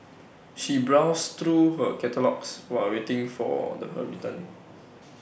she browsed through her catalogues while A waiting for the her return